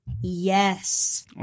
Yes